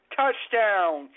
touchdown